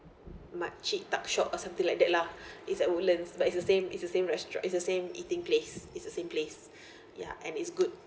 makcik tuckshop or something like that lah it's at woodlands but it's the same it's the same restaurant it's the same eating place it's the same place ya and it's good